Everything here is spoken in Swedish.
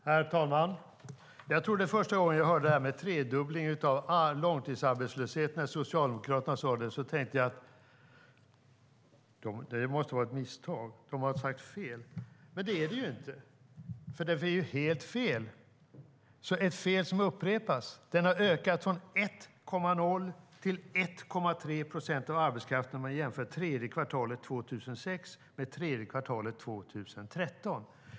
Herr talman! Jag tror att det var första gången jag hörde detta om en tredubbling av långtidsarbetslösheten. När Socialdemokraterna sade det tänkte jag att det måste vara ett misstag, en felsägning, men det är det inte. Det är ett fel som upprepas. Långtidsarbetslösheten har ökat från 1,0 till 1,3 procent av arbetskraften om man jämför tredje kvartalet 2006 med tredje kvartalet 2013.